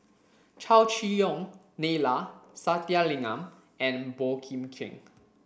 Chow Chee Yong Neila Sathyalingam and Boey Kim Cheng